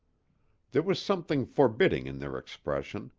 there was something forbidding in their expression,